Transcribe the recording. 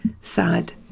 sad